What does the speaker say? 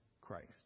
Christ